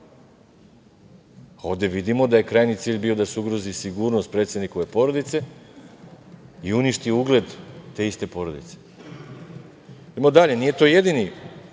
Ovde vidimo da je krajnji cilj bio da se ugrozi sigurnost predsednikove porodice i uništi ugled te iste porodice. Idemo dalje. Nije to jedini,